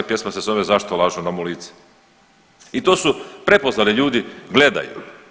Pjesma se zove „Zašto lažu nam u lice“ i to su prepoznali ljudi, gledaju.